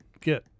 get